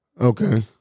Okay